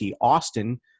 Austin